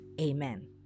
Amen